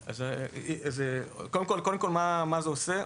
מה זה עושה?